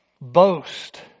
boast